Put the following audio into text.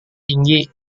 tinggi